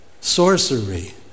sorcery